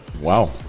Wow